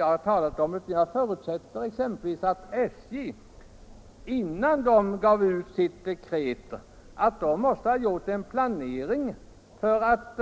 Jag förutsätter att SJ innan man utfärdade sitt dekret hade börjat planera t.ex. för att